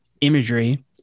imagery